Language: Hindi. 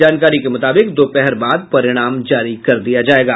जानकारी के मुताबिक दोपहर बाद परिणाम जारी कर दिया जायेगा